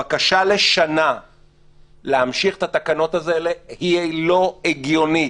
הבקשה להמשיך את התקנות האלה לשנה לא הגיונית.